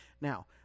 Now